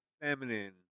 feminine